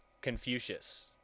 Confucius